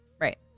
Right